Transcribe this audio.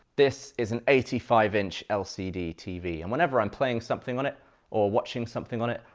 this is an eighty five inch lcd tv, and whenever i'm playing something on it or watching something on it,